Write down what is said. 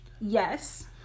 Yes